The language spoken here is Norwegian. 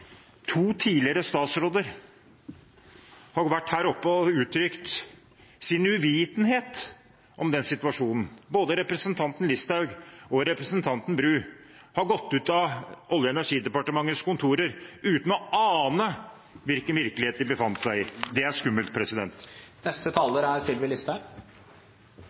to tidligere statsråder har vært her oppe og uttrykt sin uvitenhet om den situasjonen. Både representanten Listhaug og representanten Bru har gått ut av Olje- og energidepartementets kontorer uten å ane hvilken virkelighet de befant seg i. Det er skummelt. De som har tilkjennegjort sin uvitenhet, er